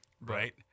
Right